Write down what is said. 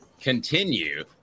continue